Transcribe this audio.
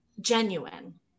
genuine